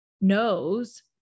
knows